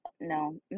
No